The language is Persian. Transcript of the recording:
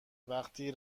وقتی